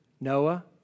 Noah